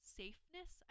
safeness